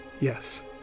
Yes